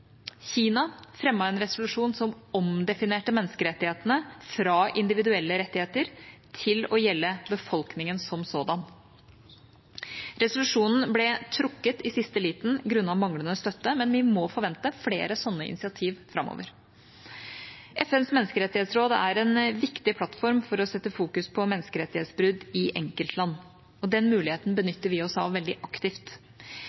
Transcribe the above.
Kina fremmet en resolusjon som omdefinerte menneskerettighetene fra individuelle rettigheter til å gjelde befolkningen som sådan. Resolusjonen ble trukket i siste liten grunnet manglende støtte, men vi må forvente flere sånne initiativ framover. FNs menneskerettighetsråd er en viktig plattform for å sette menneskerettighetsbrudd i enkeltland i fokus, og den muligheten